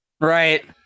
Right